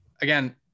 again